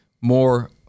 more